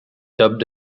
dubbed